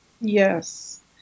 Yes